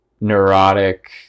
neurotic